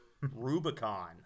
Rubicon